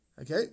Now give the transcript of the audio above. Okay